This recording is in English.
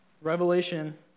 Revelation